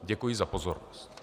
Děkuji za pozornost.